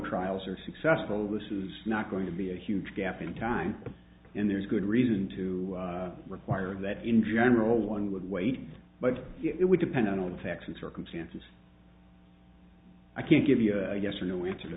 trials are successful this is not going to be a huge gap in time and there's good reason to require that in general one would wait but it would depend on the facts and circumstances i can't give you a yes or no answer to